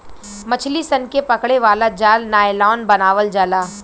मछली सन के पकड़े वाला जाल नायलॉन बनावल जाला